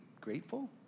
grateful